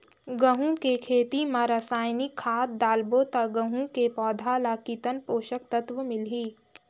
गंहू के खेती मां रसायनिक खाद डालबो ता गंहू के पौधा ला कितन पोषक तत्व मिलही?